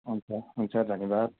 हुन्छ हुन्छ धन्यवाद